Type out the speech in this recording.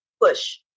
push